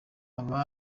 aba